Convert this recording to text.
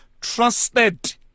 trusted